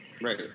Right